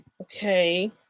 okay